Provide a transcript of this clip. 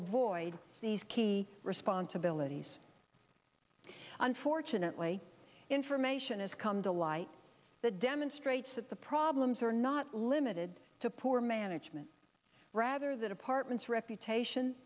avoid these key responsibilities unfortunately information has come to light that demonstrates that the problems are not limited to poor management rather that apartment's reputation